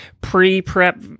pre-prep